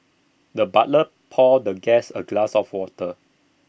the butler poured the guest A glass of water